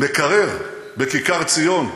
מקרר בכיכר-ציון,